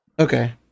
Okay